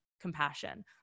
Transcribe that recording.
compassion